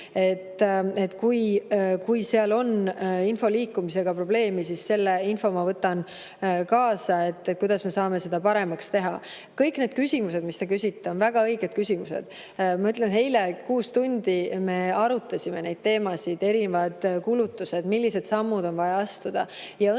Kui seal on info liikumisega probleeme, siis selle info ma võtan kaasa, et kuidas me saame seda paremaks teha. Kõik need küsimused, mis te küsite, on väga õiged küsimused. Ma ütlesin, et eile kuus tundi me arutasime neid teemasid: erinevad kulutused, millised sammud on vaja astuda. Õnneks